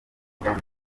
ukomoka